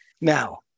Now